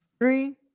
three